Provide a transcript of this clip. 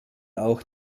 auch